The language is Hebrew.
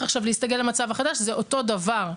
עכשיו להסתגל למצב החדש זה אותו דבר.